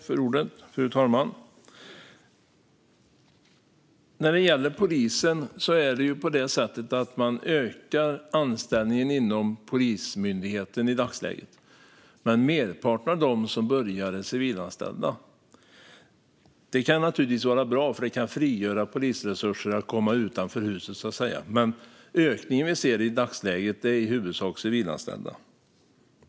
Fru talman! När det gäller polisen är det på det sättet att man i dagsläget ökar antalet anställningar inom Polismyndigheten. Men merparten av de som börjar är civilanställda. Det kan naturligtvis vara bra, för det kan frigöra polisresurser att komma utanför huset, så att säga. Men ökningen vi ser i dagsläget är i huvudsak bland civilanställda.